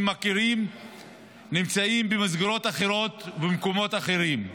מכירים נמצאים במסגרות אחרות ובמקומות אחרים.